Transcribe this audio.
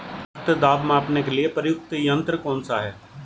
रक्त दाब मापने के लिए प्रयुक्त यंत्र कौन सा है?